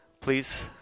please